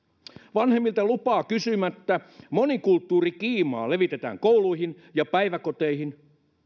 vanhemmilta lupaa kysymättä monikulttuurikiimaa levitetään kouluihin ja päiväkoteihin